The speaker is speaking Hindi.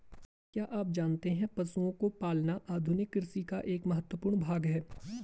क्या आप जानते है पशुओं को पालना आधुनिक कृषि का एक महत्वपूर्ण भाग है?